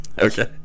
Okay